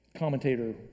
Commentator